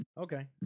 Okay